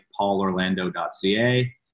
paulorlando.ca